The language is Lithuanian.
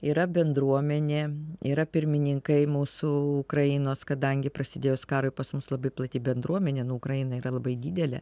yra bendruomenė yra pirmininkai mūsų ukrainos kadangi prasidėjus karui pas mus labai plati bendruomenė nu ukraina yra labai didelė